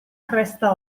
cresta